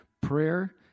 Prayer